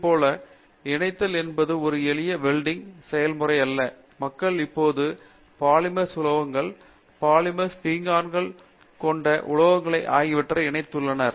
இதேபோல் இணைத்தல் என்பது ஒரு எளிய வெல்டிங் செயல்முறை அல்ல மக்கள் இப்போது பாலிமர்ஸில் உலோகங்கள் பாலிமர்ஸ் பீங்கான்கள் கொண்ட உலோகங்கள் ஆகியவற்றுடன் இணைந்துள்ளனர்